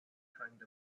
kind